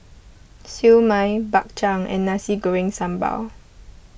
Siew Mai Bak Chang and Nasi Goreng Sambal